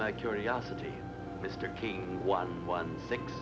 my curiosity mr king one one six